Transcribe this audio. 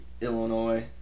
illinois